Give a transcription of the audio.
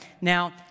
Now